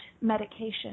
medication